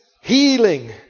Healing